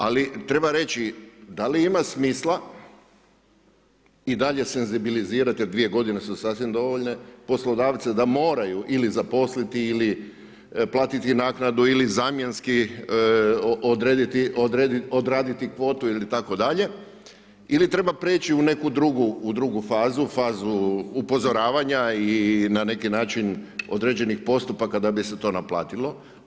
Ali treba reći da li ima smisla i dalje senzibilizirat, jer 2 godine su sasvim dovoljne, poslodavce da moraju ili zaposliti ili platiti naknadu ili zamjenski odraditi kvotu itd. ili treba preći u neku drugu fazu, fazu upozoravanja i na neki način određenih postupaka da bi se to naplatilo?